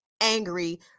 angry